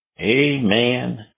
Amen